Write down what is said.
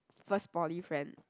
first poly friend